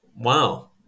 Wow